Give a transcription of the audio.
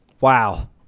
wow